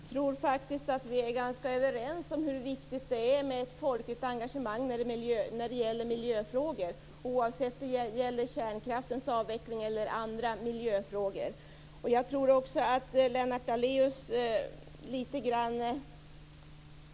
Fru talman! Jag tror faktiskt att vi är ganska överens om hur viktigt det är med ett folkligt engagemang när det gäller miljöfrågor, oavsett om det gäller kärnkraftens avveckling eller något annat.